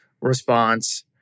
response